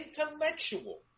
intellectual